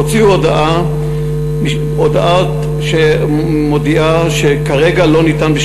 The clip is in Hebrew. הוציאו הודעה שלא ניתן כרגע,